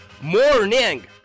morning